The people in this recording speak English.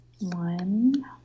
One